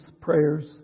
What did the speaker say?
prayers